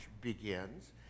begins